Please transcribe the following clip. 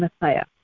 Messiah